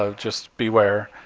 ah just beware.